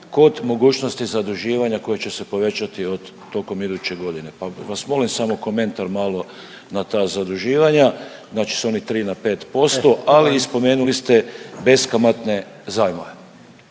kod mogućnosti zaduživanja koje će se povećati tokom iduće godine, pa vas molim samo komentar malo na ta zaduživanja znači s onih 3 na 5%, ali i spomenuli ste i beskamatne zajmove.